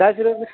دس روپیے